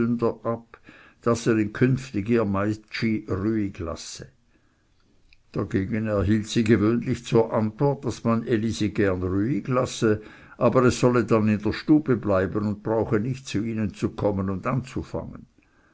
rüeyig lasse dagegen erhielt sie gewöhnlich zur antwort daß man elisi gern rüeyig lasse aber es solle dann in der stube bleiben und brauche nicht zu ihnen zu kommen und anzufangen